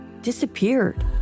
disappeared